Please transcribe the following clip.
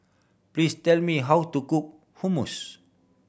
please tell me how to cook Hummus